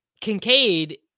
Kincaid